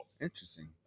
Interesting